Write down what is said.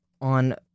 On